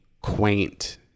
quaint